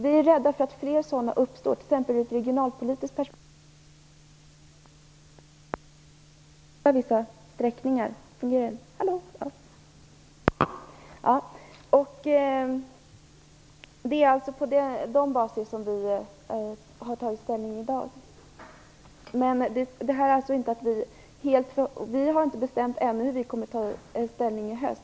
Vi är rädda för att fler sådana uppstår, t.ex. ur ett regionalpolitiskt perspektiv. Det är alltså på basis av detta som vi har tagit ställning i dag. Vi i Miljöpartiet har ännu inte bestämt hur vi kommer att ta ställning i höst.